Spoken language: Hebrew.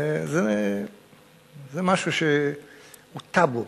זה משהו שהוא טבו,